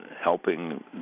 helping